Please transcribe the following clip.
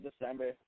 December